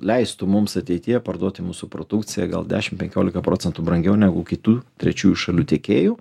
leistų mums ateityje parduoti mūsų produkciją gal dešimt penkiolika procentų brangiau negu kitų trečiųjų šalių tiekėjų